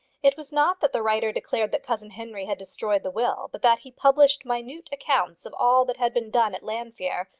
it was not that the writer declared that cousin henry had destroyed the will, but that he published minute accounts of all that had been done at llanfeare,